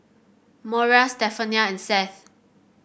Moriah Stephania and Seth